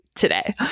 Today